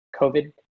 COVID